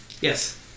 Yes